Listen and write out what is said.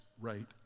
right